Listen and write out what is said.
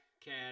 cat